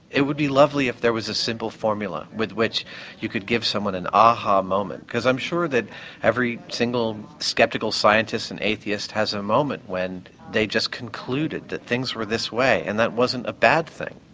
it would be lovely if there was a simple formula with which you could give someone an ah ha moment because i'm sure that every single skeptical scientist and atheist has a moment when they just concluded that things were this way and it wasn't a bad thing,